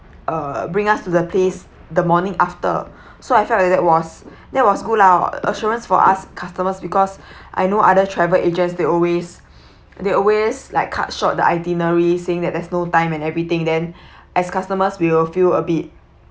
uh bring us to the place the morning after so I felt like that was that was good lah a~ assurance for us customers because I know other travel agents they always they always like cut short the itinerary saying that there's no time and everything then as customers we will feel a bit